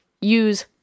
use